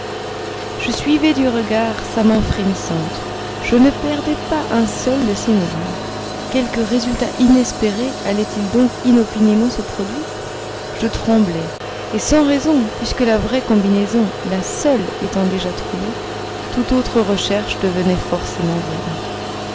je suivais du regard sa main frémissante je ne perdais pas un seul de ses mouvements quelque résultat inespéré allait-il donc inopinément se produire je tremblais et sans raison puisque la vraie combinaison la seule étant déjà trouvée toute autre recherche devenait forcément vaine